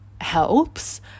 helps